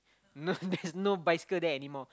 no there's no bicycle there anymore